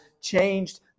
changed